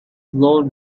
blow